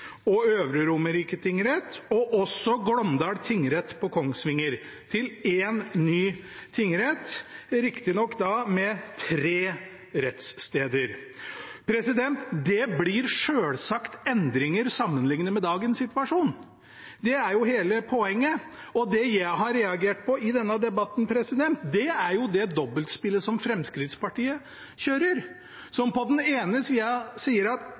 tingrett og Glåmdal tingrett på Kongsvinger til én ny tingrett, riktignok med tre rettssteder. Det blir selvsagt endringer sammenlignet med dagens situasjon. Det er jo hele poenget, og det jeg har reagert på i denne debatten, er det dobbeltspillet som Fremskrittspartiet kjører, som på den ene sida sier at